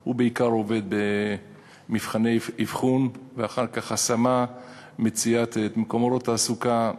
הוא בעיקר עובד על מבחני אבחון ואחר כך השמה ומציאת מקומות תעסוקה.